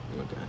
Okay